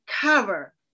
cover